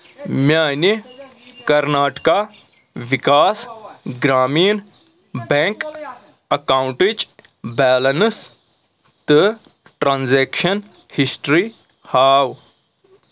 میٛانہِ کرناٹکا وِکاس گرٛامیٖن بیٚنٛک اکاونٹٕچ بیلنس تہٕ ٹرٛانزیکشن ہسٹری ہاو